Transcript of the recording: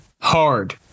hard